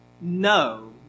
no